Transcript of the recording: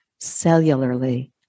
cellularly